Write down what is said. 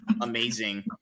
amazing